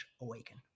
awaken